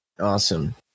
Awesome